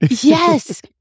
Yes